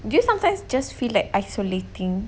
do you sometimes just feel like isolating